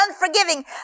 unforgiving